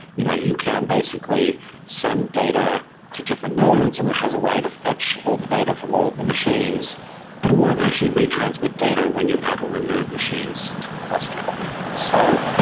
you know you can basically send data to different nodes and it has a way to fetch all the data from all the machines but it won't actually retransmit data when you add or remove machines to the cluster so,